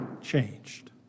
changed